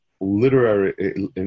literary